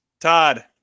todd